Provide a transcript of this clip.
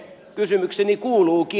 kysymykseni kuuluukin